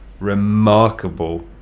remarkable